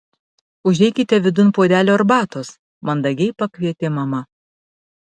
užeikite vidun puodelio arbatos mandagiai pakvietė mama